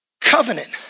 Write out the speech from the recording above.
Covenant